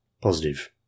Positive